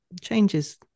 changes